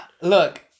Look